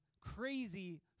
crazy